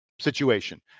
situation